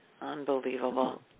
Unbelievable